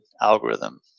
algorithm